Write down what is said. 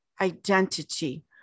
identity